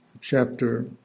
chapter